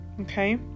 Okay